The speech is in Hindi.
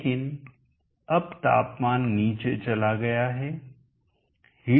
लेकिन अब तापमान नीचे चला गया है